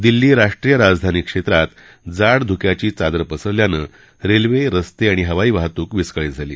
दिल्ली राष्ट्रीय राजधानी क्षेत्रात जाड धुक्याची चादर पसरल्यानं रेल्वे रस्ते आणि हवाई वाहतूक विस्कळीत झाली